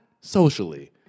socially